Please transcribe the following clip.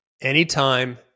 anytime